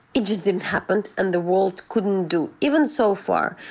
it just didn't happen, and the world couldn't do. even so far,